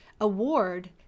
award